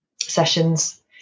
sessions